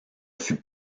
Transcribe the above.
fut